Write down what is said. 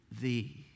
Thee